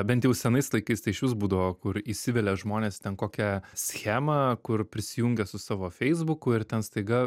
bent jau senais laikais tai išvis būdavo kur įsivelia žmonės ten kokią schemą kur prisijungę su savo feisbuku ir ten staiga